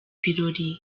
birori